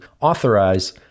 authorize